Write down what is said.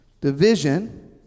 division